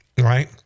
right